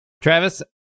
Travis